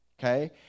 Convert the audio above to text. okay